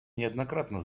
неоднократно